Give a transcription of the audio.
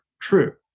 true